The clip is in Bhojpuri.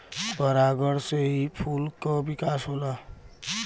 परागण से ही फूल क विकास होला